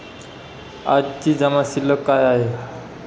आजची जमा शिल्लक काय आहे?